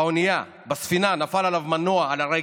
באונייה, בספינה, נפל עליו מנוע על הרגל.